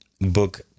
book